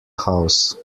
house